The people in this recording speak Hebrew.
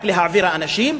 רק להעביר האנשים,